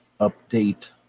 update